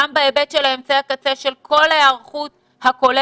גם בהיבט של אמצעי הקצה, של כל ההיערכות הכוללת.